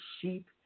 sheep